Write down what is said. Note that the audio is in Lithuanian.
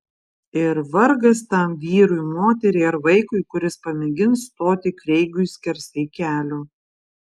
ir vargas tam vyrui moteriai ar vaikui kuris pamėgins stoti kreigui skersai kelio